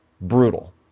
brutal